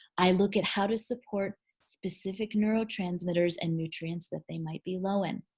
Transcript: i look at how to support specific neurotransmitters and nutrients that they might be low in.